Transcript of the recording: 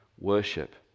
worship